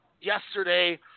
yesterday